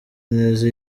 neza